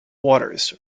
waters